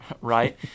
right